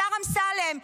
השר אמסלם,